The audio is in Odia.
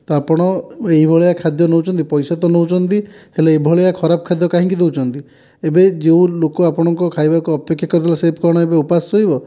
ତ ଆପଣ ଏହି ଭଳିଆ ଖାଦ୍ୟ ନେଉଛନ୍ତି ପଇସା ତ ନେଉଛନ୍ତି ହେଲେ ଏଭଳିଆ ଖରାପ ଖାଦ୍ୟ କାହିଁକି ଦେଉଛନ୍ତି ଏବେ ଯେଉଁ ଲୋକ ଆପଣଙ୍କ ଖାଇବାକୁ ଅପେକ୍ଷା କରିଥିଲା ସେ କ'ଣ ଏବେ ଉପାସ ରହିବ